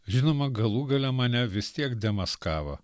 žinoma galų gale mane vis tiek demaskavo